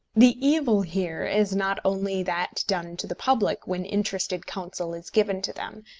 the evil here is not only that done to the public when interested counsel is given to them,